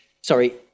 sorry